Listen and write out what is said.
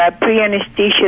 pre-anesthesia